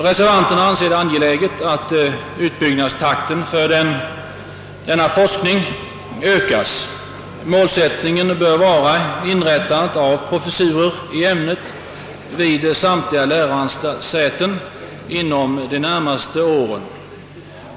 Reservanterna anser det angeläget att utbyggnadstakten för denna forskning ökas. Målsättningen bör vara inrättande av professurer i ämnet vid samtliga lärosäten inom de närmaste åren.